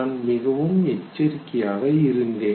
நான் மிகவும் எச்சரிக்கையாக இருந்தேன்